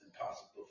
impossible